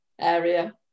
area